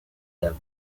dames